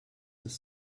des